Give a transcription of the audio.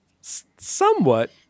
somewhat